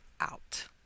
out